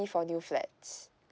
for new flats